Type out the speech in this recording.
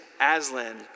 Aslan